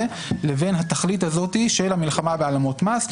לבין התכלית הזו של המלחמה בהעלמות מס.